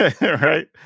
right